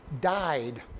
died